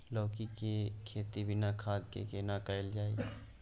लौकी के खेती बिना खाद के केना कैल जाय?